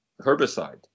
herbicide